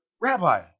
Rabbi